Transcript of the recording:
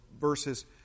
verses